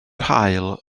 haul